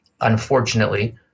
unfortunately